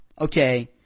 Okay